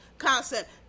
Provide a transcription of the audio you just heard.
Concept